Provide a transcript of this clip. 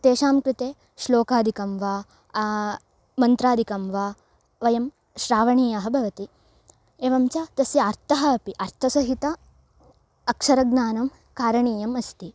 तेषां कृते श्लोकादिकं वा मन्त्रादिकं वा वयं श्रावणीयाः भवन्ति एवं च तस्य अर्थः अपि अर्थसहितम् अक्षरज्ञानं कारणीयमस्ति